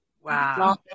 Wow